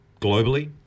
globally